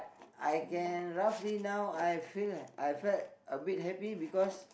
I can roughly now I feel I felt abit heavy because